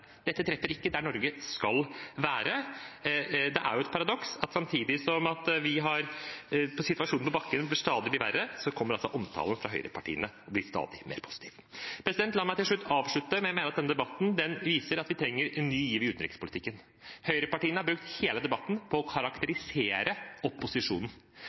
der Norge skal være. Det er et paradoks at samtidig som situasjonen på bakken blir stadig verre, blir altså omtalen fra høyrepartiene stadig mer positive. La meg avslutte med at jeg mener denne debatten viser at vi trenger en ny giv i utenrikspolitikken. Høyrepartiene har brukt hele debatten på å karakterisere opposisjonen.